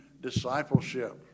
discipleship